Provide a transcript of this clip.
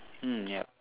mm yup